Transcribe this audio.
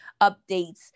updates